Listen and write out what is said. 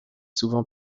souvent